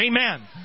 Amen